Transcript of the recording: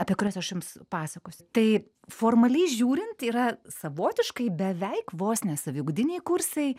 apie kurias aš jums pasakosiu tai formaliai žiūrint yra savotiškai beveik vos ne saviugdiniai kursai